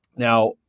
now,